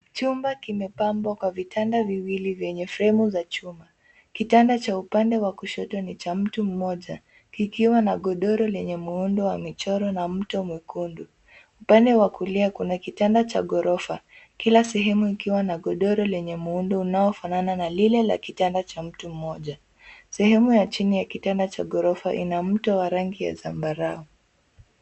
Chumba kimepambwa kwa vitanda viwili venye fremu za chuma, kitanda cha upande wa kushoto ni cha mtu mmoja, kikiwa na godoro lenye muundo wa michoro na mto mwekundu. Upande wa kulia kuna kitanda cha ghorofa, kila sehemu ikiwa na godoro lenye muundo unaofanana na lile la kitanda cha mtu mmoja. Sehemu ya chini ya kitanda cha ghorofa ina mto wa rangi ya zambarau.